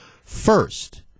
first